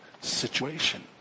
situation